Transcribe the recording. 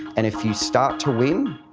and if you start to win,